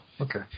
Okay